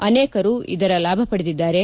ಅನೇಕರು ಇದರ ಲಾಭ ಪಡೆದಿದ್ದಾರೆ